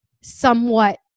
somewhat